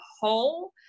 whole